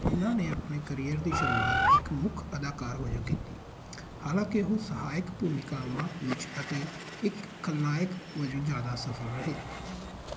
ਉਨ੍ਹਾਂ ਨੇ ਆਪਣੇ ਕਰੀਅਰ ਦੀ ਸ਼ੁਰੂਆਤ ਇੱਕ ਮੁੱਖ ਅਦਾਕਾਰ ਵਜੋਂ ਕੀਤੀ ਹਾਲਾਂਕਿ ਉਹ ਸਹਾਇਕ ਭੂਮਿਕਾਵਾਂ ਵਿੱਚ ਅਤੇ ਇੱਕ ਖਲਨਾਇਕ ਵਜੋਂ ਜ਼ਿਆਦਾ ਸਫ਼ਲ ਰਹੇ